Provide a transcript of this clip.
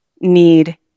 need